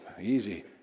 easy